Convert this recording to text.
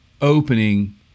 opening